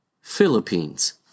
Philippines